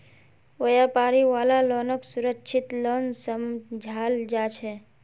व्यापारी वाला लोनक सुरक्षित लोन समझाल जा छे